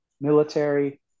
military